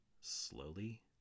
slowly